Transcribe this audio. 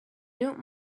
don’t